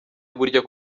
burya